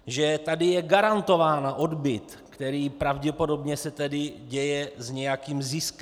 Že tady je garantován odbyt, který pravděpodobně se tedy děje s nějakým ziskem.